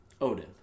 Odin